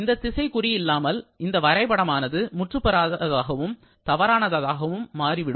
இந்த திசை குறி இல்லாமல் இந்த வரைபடமானது முற்றுப்பெறாத தாகவும் தவறானதாகும் மாறிவிடும்